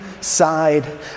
side